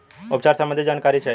उपचार सबंधी जानकारी चाही?